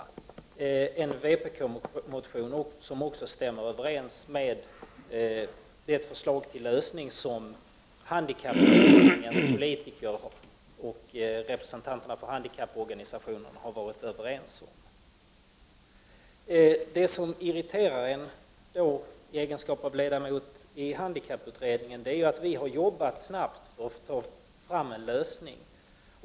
Den motionen stämmer också överens med det förslag som politikerna och representanterna för handikapporganisationerna var överens om i handikapputredningen. Det som irriterar mig i egenskap av ledamot i handikapputredningen är att vi har jobbat snabbt för att få fram en lösning men sedan inte ser motsva = Prot.